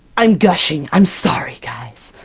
i'm gushing! i'm sorry guys!